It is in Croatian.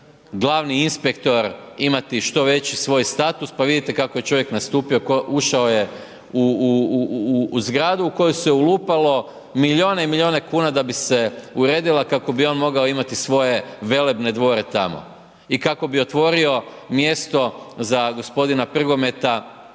glavni inspektor imati što veći svoj status. Pa vidite kako je čovjek nastupio, upao je u zgradu u koju se ulupilo milijune i milijune kuna, da bi se uredili kako bi on mogao imati svoje velebne dvore tamo i kako bi otvorio mjesto za gospodina Prgometa